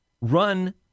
run